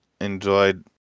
enjoyed